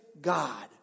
God